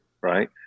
right